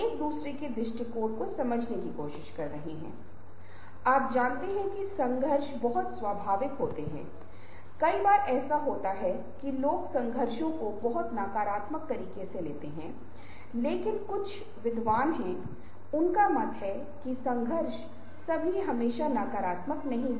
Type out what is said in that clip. यदि आप 1 से 3 स्कोर करते हैं तो आपको एक योजना मिलनी चाहिए या आप इन मुद्दों को संबोधित करना चाहते हैं क्योंकि यह आपके समय प्रबंधन का अच्छा संकेतक नहीं है